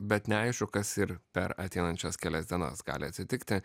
bet neaišku kas ir per ateinančias kelias dienas gali atsitikti